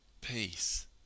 peace